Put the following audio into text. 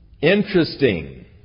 interesting